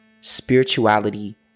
spirituality